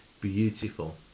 beautiful